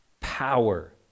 power